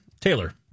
Taylor